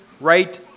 right